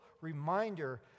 reminder